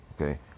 okay